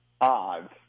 odds